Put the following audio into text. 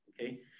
Okay